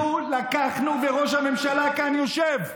אנחנו לקחנו, וראש הממשלה יושב כאן,